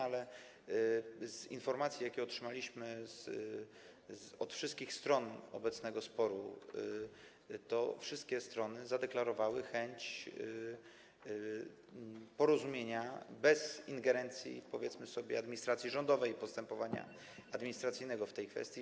Ale z informacji, jakie otrzymaliśmy od wszystkich stron obecnego sporu, wynika, że wszystkie strony zadeklarowały chęć porozumienia bez ingerencji, powiedzmy sobie, administracji rządowej i postępowania administracyjnego w tej kwestii.